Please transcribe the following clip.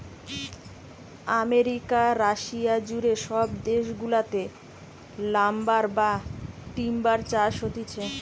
America, Russia জুড়ে সব দেশ গুলাতে লাম্বার বা টিম্বার চাষ হতিছে